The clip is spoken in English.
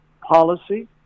policy